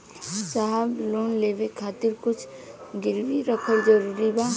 साहब लोन लेवे खातिर कुछ गिरवी रखल जरूरी बा?